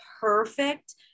perfect